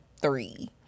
three